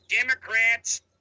Democrats